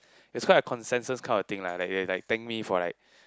there's quite a consensus kind of thing lah like like thank me for like